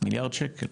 מיליארד שקל.